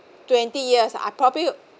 twenty years I probably